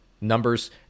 numbers